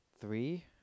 three